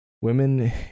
Women